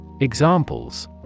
Examples